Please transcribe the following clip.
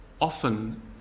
often